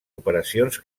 operacions